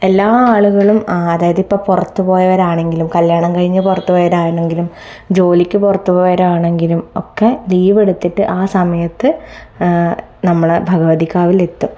എല്ലാ ആളുകളും ആ അതായത് ഇപ്പം പുറത്തു പോയവരാണെങ്കിലും കല്യാണം കഴിഞ്ഞ് പുറത്തു പോയതാണെങ്കിലും ജോലിക്ക് പുറത്തു പോയവരാണെങ്കിലും ഒക്കെ ലീവ് എടുത്തിട്ട് ആ സമയത്ത് നമ്മളുടെ ഭഗവതി കാവിൽ എത്തും